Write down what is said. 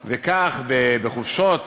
וכך, "בחופשות"